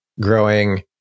growing